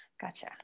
Gotcha